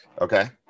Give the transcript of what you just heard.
okay